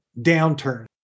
downturn